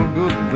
Good